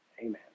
Amen